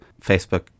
Facebook